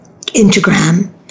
Instagram